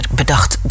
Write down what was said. bedacht